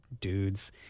dudes